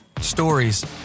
Stories